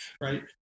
right